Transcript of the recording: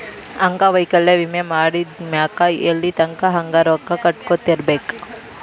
ಅಂಗವೈಕಲ್ಯ ವಿಮೆ ಮಾಡಿದ್ಮ್ಯಾಕ್ ಎಲ್ಲಿತಂಕಾ ಹಂಗ ರೊಕ್ಕಾ ಕಟ್ಕೊತಿರ್ಬೇಕ್?